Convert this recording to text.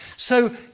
so,